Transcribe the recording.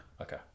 Okay